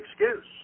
excuse